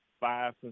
five